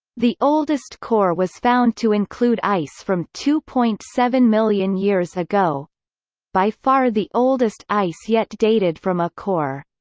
the oldest core was found to include ice from two point seven million years ago by far the oldest ice yet dated from a core.